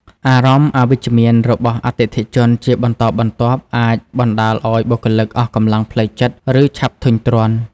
អារម្មណ៍អវិជ្ជមានរបស់អតិថិជនជាបន្តបន្ទាប់អាចបណ្ដាលឱ្យបុគ្គលិកអស់កម្លាំងផ្លូវចិត្ត ឬឆាប់ធុញទ្រាន់។